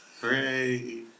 Hooray